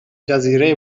جزیره